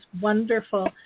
wonderful